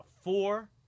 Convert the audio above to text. four